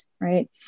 right